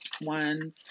One